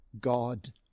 God